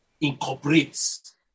incorporates